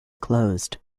closed